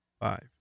Five